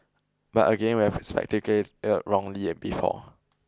but again we've wrongly before